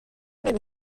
نمی